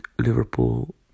Liverpool